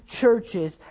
churches